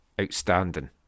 outstanding